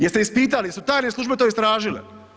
Jeste ispitali, jesu tajne službe to istražile?